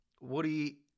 Woody